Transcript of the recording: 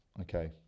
Okay